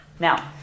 Now